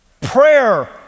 prayer